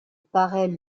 paraît